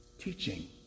teaching